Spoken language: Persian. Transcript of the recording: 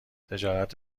تجارت